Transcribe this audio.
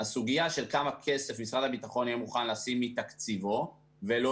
הסוגיה של כמה כסף משרד הביטחון יהיה מוכן לשים מתקציבו ולא